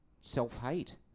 self-hate